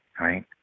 right